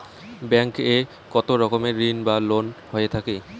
Bank এ কত রকমের ঋণ বা লোন হয়ে থাকে?